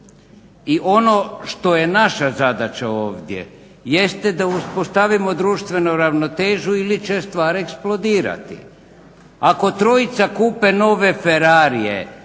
I ono što je naša zadaća ovdje jeste da uspostavimo društvenu ravnotežu ili će stvar eksplodirati. Ako trojica kupe nove ferrarije,